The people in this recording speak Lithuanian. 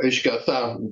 reiškia tą